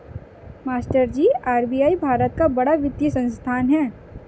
मास्टरजी आर.बी.आई भारत का बड़ा वित्तीय संस्थान है